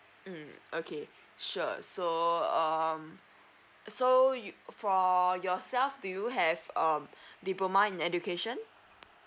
mm okay sure so um so you for yourself do you have um diploma in education